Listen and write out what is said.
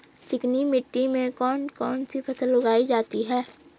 चिकनी मिट्टी में कौन कौन सी फसल उगाई जाती है?